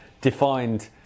defined